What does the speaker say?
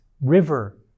river